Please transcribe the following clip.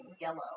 yellow